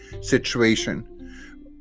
situation